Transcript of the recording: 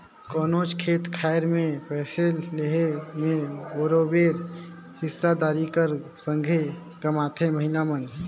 कोनोच खेत खाएर में फसिल लेहे में बरोबेर हिस्सादारी कर संघे कमाथें महिला मन